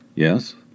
Yes